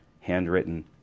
handwritten